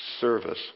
service